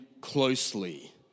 closely